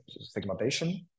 segmentation